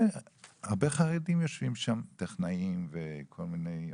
הרבה חרדים שיושבים שם, טכנאים וכל מיני עובדים.